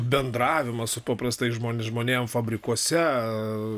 bendravimą su paprastais žmo žmonėm fabrikuose